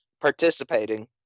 participating